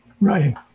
Right